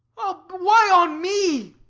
oh, why on me?